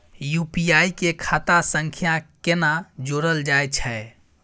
UPI के खाता सं केना जोरल जाए छै?